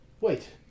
Wait